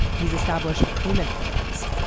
he's established payment plans.